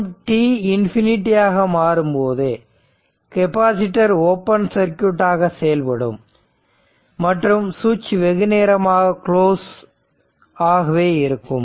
மற்றும் t infinity ஆக மாறும்போது கெபாசிட்டர் ஓபன் சர்க்யூட் ஆக செயல்படும் மற்றும் சுவிட்ச் வெகுநேரமாக க்ளோஸ் ஆகவே இருக்கும்